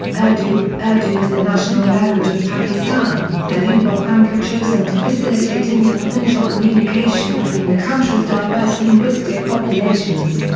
urdu urdu is the national language of pakistan, the lingua franca chosen to facilitate inter-provincial communication between the country's diverse linguistic populations.